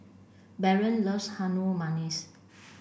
Baron loves Harum Manis